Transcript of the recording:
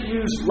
use